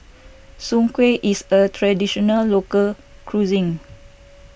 Soon Kueh is a Traditional Local Cuisine